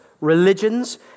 religions